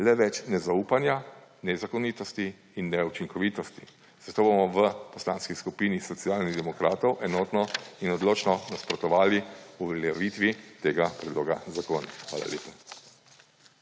le več nezaupanja, nezakonitosti in neučinkovitosti. Zato bomo v Poslanski skupini Socialnih demokratov enotno in odločno nasprotovali uveljavitvi tega predloga zakona. Hvala lepa.